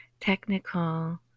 technical